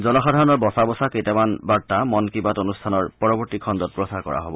জনসাধাৰণৰ বছা বছা কেইটামান বাৰ্তা মন কী বাত অনুষ্ঠানৰ পৰৱৰ্ত্তী খণ্ডত প্ৰচাৰ কৰা হ'ব